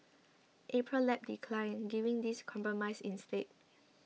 Apron Lab declined giving this compromise instead